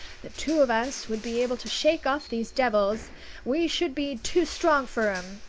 the two of us would be able to shake off those devils we should be too strong for em.